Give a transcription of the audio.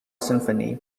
symphony